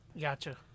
Gotcha